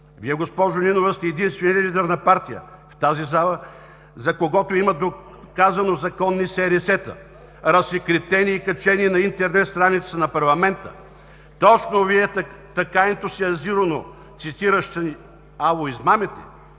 Вие, госпожо Нинова, сте единственият лидер на партия в тази зала, за когото има доказано законни СРС-та – разсекретени и качени на интернет страницата на парламента. Точно Вие така ентусиазирано, цитираща „ало измамите“,